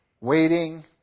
waiting